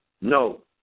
No